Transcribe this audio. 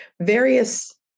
Various